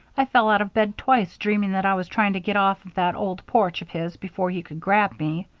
i fell out of bed twice, dreaming that i was trying to get off of that old porch of his before he could grab me.